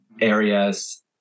areas